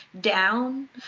down